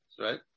Right